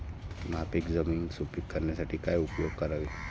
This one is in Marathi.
नापीक जमीन सुपीक करण्यासाठी काय उपयोग करावे?